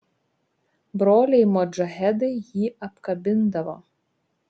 broliai modžahedai jį apkabindavo